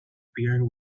beer